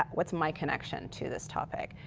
what is my connection to this topic?